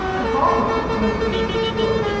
and half of them won't be any good.